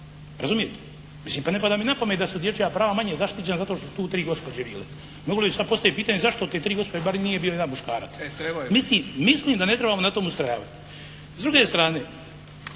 Razumijete? Mislim, pa ne pada mi na pamet da su dječja prava manje zaštićena zato što su tu tri gospođe bile. Mogu li sad postaviti pitanje zašto od te tri gospođe bar nije bio jedan muškarac? Mislim da ne trebamo na tomu ustrajavati. S druge strane,